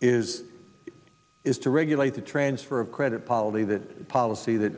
is is to regulate the transfer of credit quality that policy that